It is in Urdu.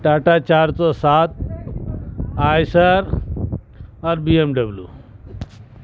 ٹاٹا چار سو سات آئیسر اور بی ایم ڈبلو